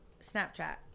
Snapchat